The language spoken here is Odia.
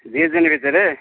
ଦୁଇ ଦିନ ଭିତରେ